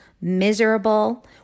miserable